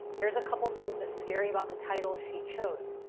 here's a couple of things that's scary about the title she chose.